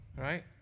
right